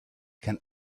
can